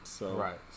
Right